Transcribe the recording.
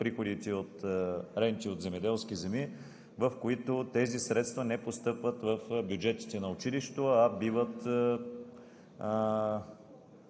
приходите от ренти от земеделски земи, в които тези средства не постъпват в бюджетите на училището, а биват